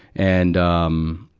and, um,